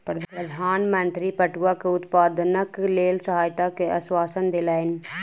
प्रधान मंत्री पटुआ के उत्पादनक लेल सहायता के आश्वासन देलैन